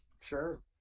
Sure